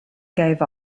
gave